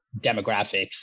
demographics